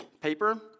paper